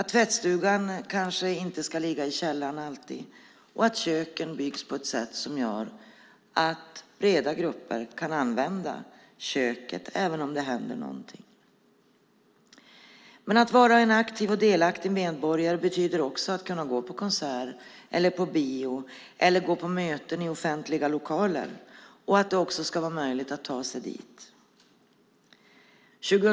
Tvättstugan kanske inte alltid ska ligga i källaren, och köken kan byggas på ett sätt som gör att breda grupper kan använda köket även om det händer någonting. Att vara en aktiv och delaktig medborgare betyder också att man ska kunna gå på konsert, bio eller möten i offentliga lokaler och att det ska vara möjligt att ta sig dit.